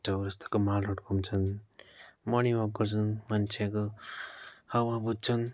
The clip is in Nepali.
चौरस्ताको माल रोड घुम्छन् मर्निङ वल्क गर्छन् मन्छेको हावा बुझ्छन्